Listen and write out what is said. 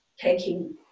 taking